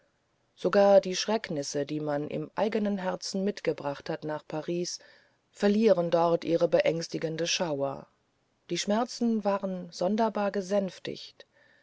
sogar die schrecknisse die man im eignen herzen mitgebracht hat nach paris verlieren dort ihre beängstigende schauer die schmerzen werden sonderbar gesänftigt